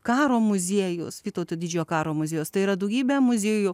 karo muziejus vytauto didžiojo karo muziejus tai yra daugybė muziejų